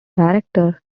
director